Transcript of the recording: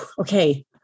okay